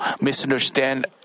misunderstand